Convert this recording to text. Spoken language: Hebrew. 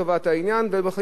והם יכולים לקבל החלטות,